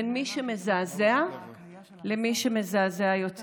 בין מי שמזעזע למי שמזעזע יותר.